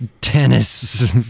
tennis